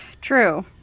True